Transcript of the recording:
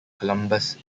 columbus